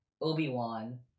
Obi-Wan